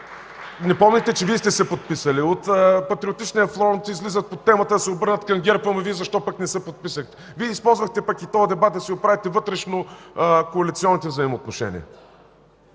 Не помните, че Вие сте се подписали, от Патриотичния фронт излизат по темата да се обърнат към ГЕРБ: „Ама, Вие пък защо не се подписахте?” Вие използвахте този дебат, за да си оправите вътрешнокоалиционните взаимоотношения.